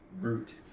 Root